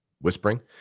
whispering